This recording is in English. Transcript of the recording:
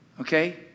Okay